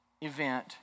event